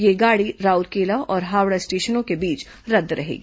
यह गाड़ी राउरकेला और हावड़ा स्टेशनों के बीच रद्द रहेगी